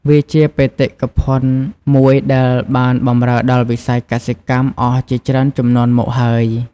វាជាបេតិកភណ្ឌមួយដែលបានបម្រើដល់វិស័យកសិកម្មអស់ជាច្រើនជំនាន់មកហើយ។